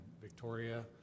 Victoria